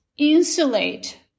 insulate